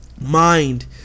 mind